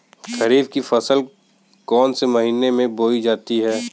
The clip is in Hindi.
खरीफ की फसल कौन से महीने में बोई जाती है?